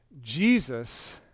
Jesus